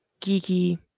Geeky